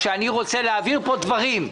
כשאני רוצה להעביר פה דברים,